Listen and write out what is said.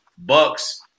Bucks